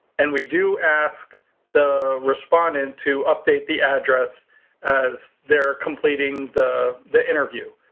and we do ask the respondent to update the address as they're completing the the interview.